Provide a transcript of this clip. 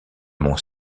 mont